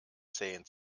zehn